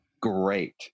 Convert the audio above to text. great